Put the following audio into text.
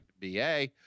ba